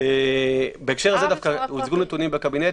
בהקשר הזה דווקא הוצגו נתונים בקבינט.